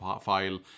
file